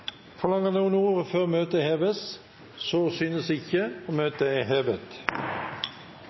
Forlanger noen ordet før møtet heves? – Så synes ikke, og møtet er hevet.